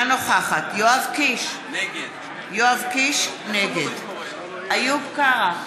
נוכחת יואב קיש, נגד איוב קרא,